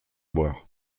boire